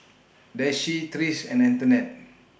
Daisye Trish and Antonette